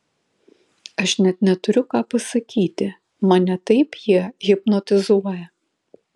aš net neturiu ką pasakyti mane taip jie hipnotizuoja